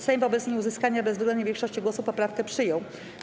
Sejm wobec nieuzyskania bezwzględnej większości głosów poprawkę przyjął.